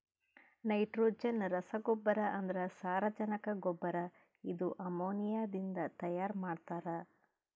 nitrogen ರಸಗೊಬ್ಬರ ಅಂದ್ರ ಸಾರಜನಕ ಗೊಬ್ಬರ ಇದು ಅಮೋನಿಯಾದಿಂದ ತೈಯಾರ ಮಾಡ್ತಾರ್